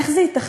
איך זה ייתכן?